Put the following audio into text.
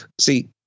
see